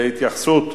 להתייחסות,